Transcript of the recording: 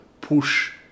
push